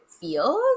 feels